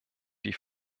die